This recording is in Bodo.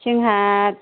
जोंहा